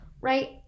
Right